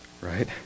right